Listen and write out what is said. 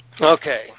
Okay